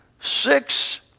six